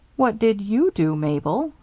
what did you do, mabel?